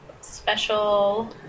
special